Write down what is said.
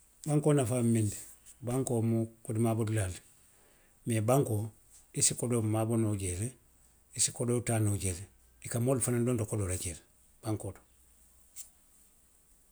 Bankoo nafaa mu miŋ ti, bankoo mu kodi maaboo dulaa le ti. Mee bankoo. i se kodoo maaboo noo jee le, i se kodoo taa noo jee le. I ka moolu fanaŋ donto kodoo la jee le, bankoo to.